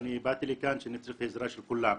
ואני באתי לכאן כי אני צריך את העזרה של כולם.